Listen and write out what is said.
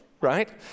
right